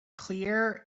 clear